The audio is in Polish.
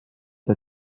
dla